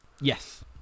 Yes